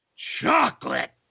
chocolate